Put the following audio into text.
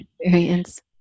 experience